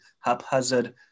haphazard